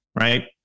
right